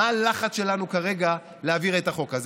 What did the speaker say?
מה הלחץ שלנו כרגע להעביר את החוק הזה?